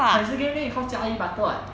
her second name is called jia yi butter [what]